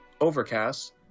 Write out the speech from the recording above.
Overcast